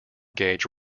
gauge